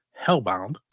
Hellbound